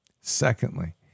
Secondly